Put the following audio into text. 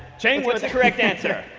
cheng, what is the correct answer?